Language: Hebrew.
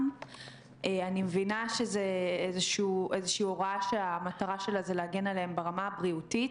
אני מבינה שזה איזושהי הוראה שהמטרה שלה להגן עליהם ברמה הבריאותית,